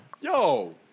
Yo